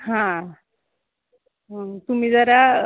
हां तुम्ही जरा